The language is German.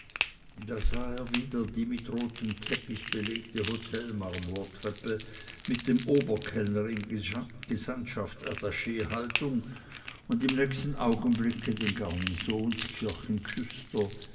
da sah er wieder die mit rotem teppich belegte hotelmarmortreppe mit dem oberkellner in gesandtschaftsattachhaltung und im nächsten augenblicke den